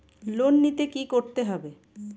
Loan নিতে কী করতে হবে?